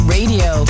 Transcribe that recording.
Radio